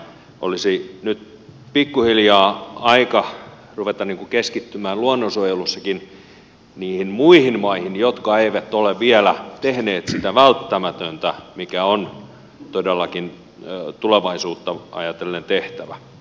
olisi nyt pikkuhiljaa aika ruveta keskittymään luonnonsuojelussakin niihin muihin maihin jotka eivät ole vielä tehneet sitä välttämätöntä mikä on todellakin tulevaisuutta ajatellen tehtävä